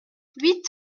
huit